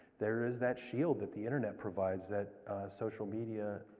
there is that shield that the internet provides that social media